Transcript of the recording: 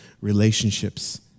relationships